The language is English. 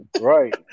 Right